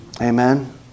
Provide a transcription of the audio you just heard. Amen